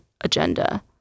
agenda